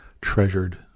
treasured